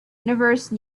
universe